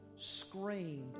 Screamed